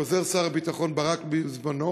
כעוזר שר הביטחון ברק בזמנו,